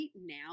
now